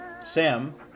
Sam